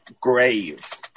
Grave